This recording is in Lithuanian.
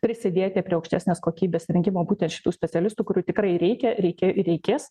prisidėti prie aukštesnės kokybės rengimo būtent šitų specialistų kurių tikrai reikia reikia reikės